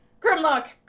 Grimlock